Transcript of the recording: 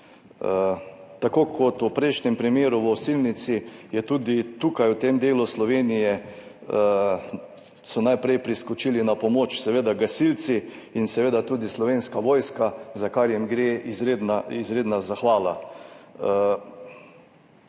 Tako kot v prejšnjem primeru v Osilnici so tudi tukaj, v tem delu Slovenije, najprej priskočili na pomoč seveda gasilci in tudi Slovenska vojska, za kar jim gre izredna zahvala.